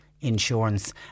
insurance